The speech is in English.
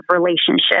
relationship